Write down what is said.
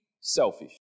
selfish